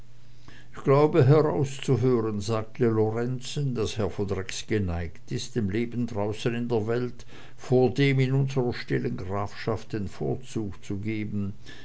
ich glaube herauszuhören sagte lorenzen daß herr von rex geneigt ist dem leben draußen in der welt vor dem in unsrer stillen grafschaft den vorzug zu geben